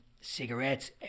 cigarettes